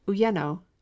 Uyeno